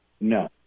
No